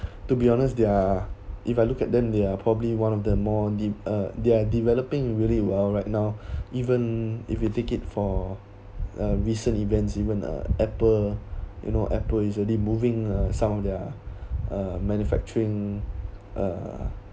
to be honest they're if I look at them they are probably one of the more the uh they're developing really well right now even if you take it for uh recent events even a apple you know apple already moving some of their uh manufacturing uh